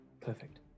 Perfect